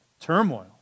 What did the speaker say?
turmoil